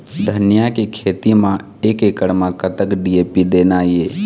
धनिया के खेती म एक एकड़ म कतक डी.ए.पी देना ये?